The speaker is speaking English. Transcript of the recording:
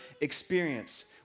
experience